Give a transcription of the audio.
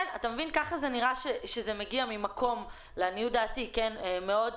ככה זה נראה כשזה מגיע ממקום מאוד אמיתי,